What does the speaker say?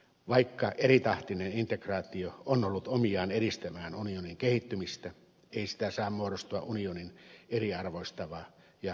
vaikka eritahtinen integraatio on ollut omiaan edistämään unionin kehittymistä ei siitä saa muodostua unionia eriarvoistavaa ja hajaannuttavaa ilmiötä